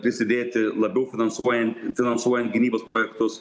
prisidėti labiau finansuojant finansuojant gynybos projektus